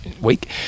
week